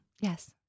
Yes